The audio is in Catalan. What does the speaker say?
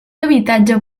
habitatge